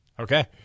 Okay